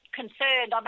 concerned